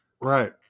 right